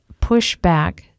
pushback